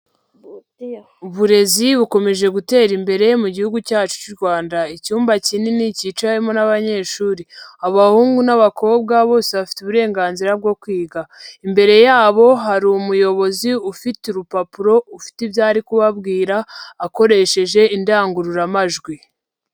Uburezi bukomeje gutera imbere mu gihugu cyacu cy'u Rwanda. Icyumba kinini cyicawemo n'abanyeshuri. Abahungu n'abakobwa bose bafite uburenganzira bwo kwiga. Imbere yabo hari umuyobozi ufite urupapuro, ufite ibyo ari kubabwira akoresheje indangururamajwi.